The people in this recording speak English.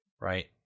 Right